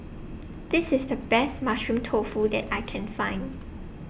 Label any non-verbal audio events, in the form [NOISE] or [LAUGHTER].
[NOISE] This IS The Best Mushroom Tofu that I Can Find